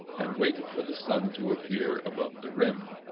and waited for the sun to appear above the rim.